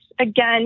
Again